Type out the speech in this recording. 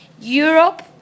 Europe